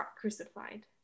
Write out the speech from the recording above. crucified